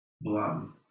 blum